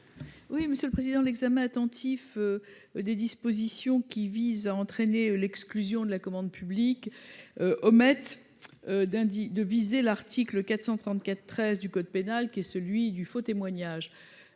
Oui, monsieur le président de l'examen attentif. Des dispositions qui visent à entraîner l'exclusion de la commande publique omettent d'Indy de viser l'article 434 13 du code pénal qui est celui du faux témoignage